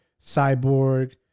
Cyborg